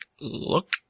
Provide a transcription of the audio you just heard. look